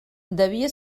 devia